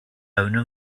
owner